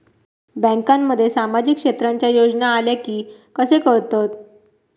बँकांमध्ये सामाजिक क्षेत्रांच्या योजना आल्या की कसे कळतत?